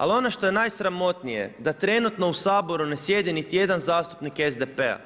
Ali ono što je najsramotnije, da trenutno u Saboru ne sjedi niti jedan zastupnik SDP-a,